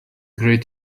great